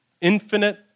infinite